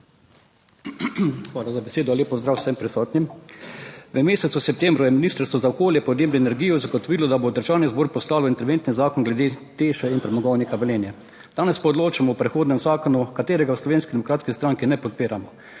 SDS):** Lep pozdrav vsem prisotnim. V mesecu septembru je Ministrstvo za okolje, podnebje, energijo zagotovilo, da bo v Državni zbor poslalo interventni zakon glede TEŠ in Premogovnika Velenje. Danes pa odločamo o prehodnem zakonu, katerega v Slovenski demokratski stranki ne podpiramo.